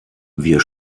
wir